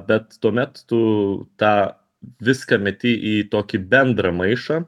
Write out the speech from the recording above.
bet tuomet tu tą viską meti į tokį bendrą maišą